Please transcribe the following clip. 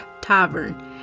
tavern